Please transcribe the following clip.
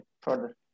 further